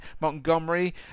Montgomery